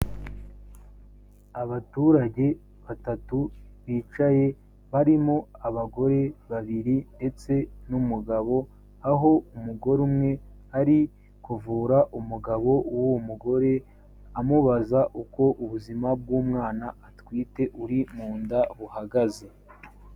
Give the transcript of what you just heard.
Abaturage batatu bicaye, barimo abagore babiri ndetse n'umugabo, aho umugore umwe ari kuvura umugabo w'uwo mugore, amubaza uko ubuzima bw'umwana atwite uri mu nda buhagaze.